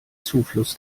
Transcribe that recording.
zufluss